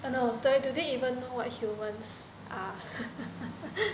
err no sorry do they even know what humans are